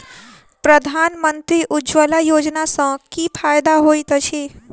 प्रधानमंत्री उज्जवला योजना सँ की फायदा होइत अछि?